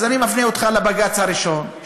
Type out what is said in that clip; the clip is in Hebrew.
אז אני מפנה אותך לבג"ץ הראשון,